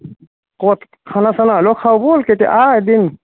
ক'ত খানা চানা হলেও খাওঁ ব'ল কেতিয়া আহ এদিন